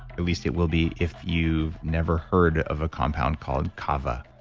at least it will be if you've never heard of a compound called kava.